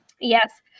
Yes